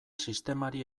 sistemari